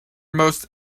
most